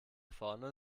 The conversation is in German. vorne